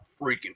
freaking